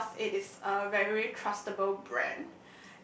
because it is a very trustable brand